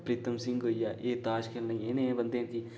प्रीतम सिंह होई गेआ एह् ताश खेलने गी इ'नें बंदें जी